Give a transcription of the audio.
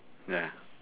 ya